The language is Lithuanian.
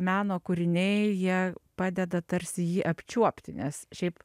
meno kūriniai jie padeda tarsi jį apčiuopti nes šiaip